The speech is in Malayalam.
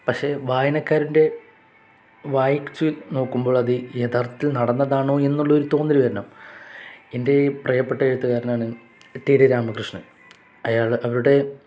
പക്ഷെ വായനക്കാരൻ്റെ വായിച്ചു നോക്കുമ്പോൾ അത് യഥർത്തിൽ നടന്നതാണോ എന്നുള്ള ഒരു തോന്നൽ വരണം എൻ്റെ പ്രിയപ്പെട്ട എഴുത്തുകാരനാണ് ടി ഡി രാമകൃഷ്ണൻ അയാൾ അവരുടെ